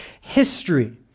history